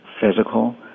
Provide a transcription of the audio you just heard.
physical